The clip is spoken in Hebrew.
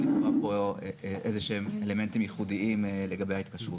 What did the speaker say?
לקבוע פה איזשהם אלמנטים ייחודיים לגבי ההתקשרות.